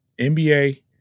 NBA